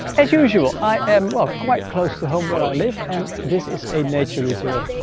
as usual i am quite close to home where i live and this is a nature reserve.